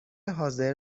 حاضر